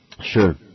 Sure